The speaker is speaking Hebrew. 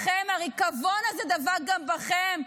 הריקבון הזה דבק גם בכם.